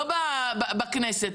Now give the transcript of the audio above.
לא בכנסת.